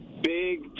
Big